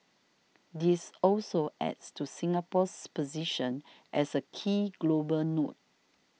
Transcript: this also adds to Singapore's position as a key global node